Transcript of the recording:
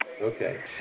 Okay